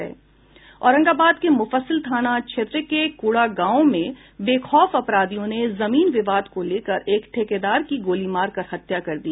औरंगाबाद के मुफस्सिल थाना क्षेत्र के कुंडा गांव में बेखौफ अपराधियों ने जमीन विवाद को लेकर एक ठेकेदार की गोली मारकर हत्या कर दी